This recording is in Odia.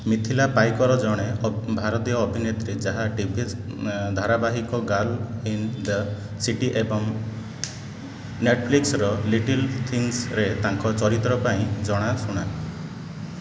ମିଥିଲା ପାଇକର ଜଣେ ଭାରତୀୟ ଅଭିନେତ୍ରୀ ଯାହା ଟି ଭି ଧାରାବାହିକ ଗାର୍ଲ ଇନ୍ ଦ ସିଟି ଏବଂ ନେଟଫ୍ଲିକ୍ସର ଲିଟିଲ୍ ଥିଙ୍ଗସ୍ରେ ତାଙ୍କ ଚରିତ୍ର ପାଇଁ ଜଣାଶୁଣା